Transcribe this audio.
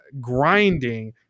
grinding